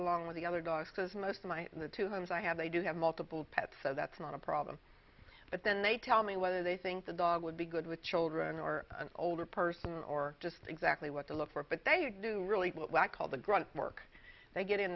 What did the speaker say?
along with the other dogs because most of my in the two homes i have they do have multiple pets so that's not a problem but then they tell me whether they think the dog would be good with children or an older person or just exactly what to look for but they do really what i call the grunt work they get in